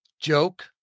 joke